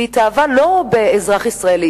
והיא התאהבה לא באזרח ישראלי,